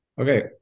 Okay